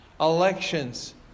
elections